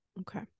Okay